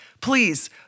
Please